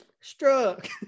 Struck